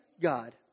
God